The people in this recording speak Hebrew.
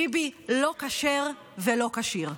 ביבי לא כשר ולא כשיר.